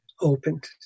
opened